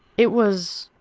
it was,